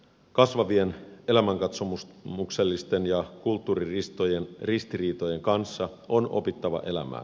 kasvavien elämänkatsomuksellisten ja kulttuuriristiriitojen kanssa on opittava elämään